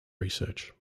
research